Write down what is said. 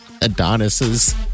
Adonis's